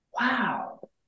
wow